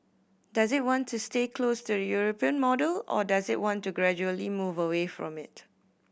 does it want to stay close to the European model or does it want to gradually move away from it